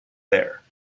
heir